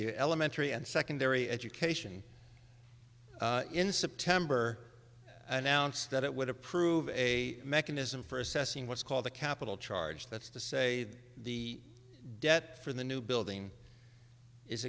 you elementary and secondary education in september announced that it would approve a mechanism for assessing what's called the capital charge that's to say that the debt for the new building is